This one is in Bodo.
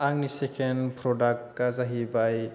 आंनि सेकेण्ड प्रडागआ जाहैबाय